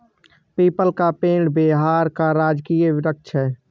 people का पेड़ बिहार का राजकीय वृक्ष है